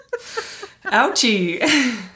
Ouchie